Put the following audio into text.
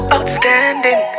Outstanding